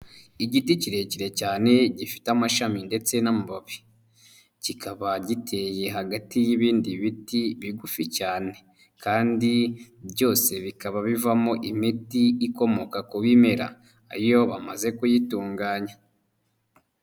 Igiti kirekire cyane gifite amashami ndetse n'amababi kikaba giteye hagati y'ibindi biti bigufi cyane kandi byose bikaba bivamo imiti ikomoka ku bimera iyo bamaze kuyitunganya.